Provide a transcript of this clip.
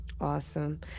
Awesome